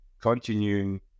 continuing